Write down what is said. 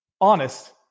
honest